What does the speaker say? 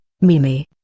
mimi